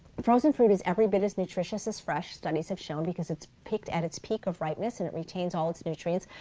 frozen fruit is every bit as nutritious as fresh, studies have shown, because it's picked at its peak of ripeness and it retains all its nutrients,